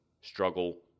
struggle